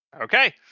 Okay